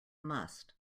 must